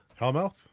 Hellmouth